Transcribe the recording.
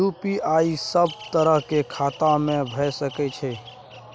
UPI सब तरह के खाता में भय सके छै?